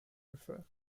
prefer